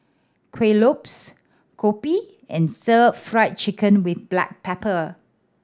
Kuih Lopes kopi and Stir Fry Chicken with black pepper